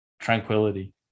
tranquility